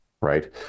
Right